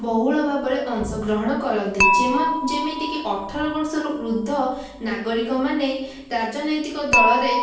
ବହୁଳ ଭାବରେ ଅଂଶଗ୍ରହଣ କରନ୍ତି ଯେମିତିକି ଅଠର ବର୍ଷରୁ ଉର୍ଦ୍ଧ୍ଵ ନାଗରିକମାନେ ରାଜନୈତିକ ଦଳରେ